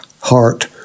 heart